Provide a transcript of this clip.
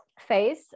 phase